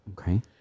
Okay